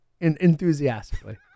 enthusiastically